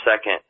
second